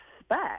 expect